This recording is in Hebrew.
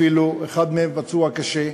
אחד מהם אפילו פצוע קשה,